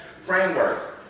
frameworks